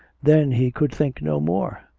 then he could think no more,